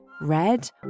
red